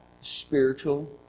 spiritual